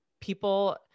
people